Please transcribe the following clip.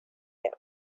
him